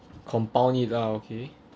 compound it lah okay